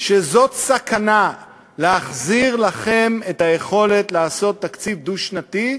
שזו סכנה להחזיר לכם את היכולת לעשות תקציב דו-שנתי,